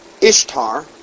Ishtar